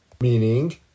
Meaning